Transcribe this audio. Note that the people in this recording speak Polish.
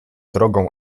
drogą